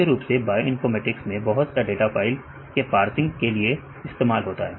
मुख्य रूप से बायोइनफॉर्मेटिक्स में बहुत से डाटा फाइल के पारसिंह के लिए इस्तेमाल होता है